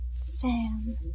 Sam